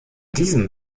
diesem